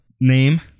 Name